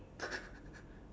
just drink lah